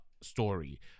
story